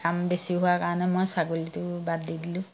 কাম বেছি হোৱাৰ কাৰণে মই ছাগলীটো বাদ দি দিলোঁ